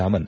Raman